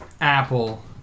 Apple